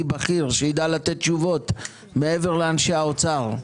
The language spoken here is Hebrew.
בכיר שיידע לתת תשובות מעבר לאנשי האוצר.